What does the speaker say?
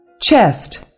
Chest